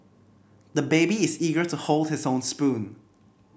the baby is eager to hold his own spoon